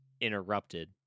interrupted